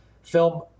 film